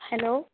hello